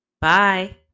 Bye